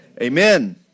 Amen